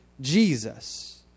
Jesus